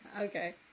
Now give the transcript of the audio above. Okay